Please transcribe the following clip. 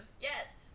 Yes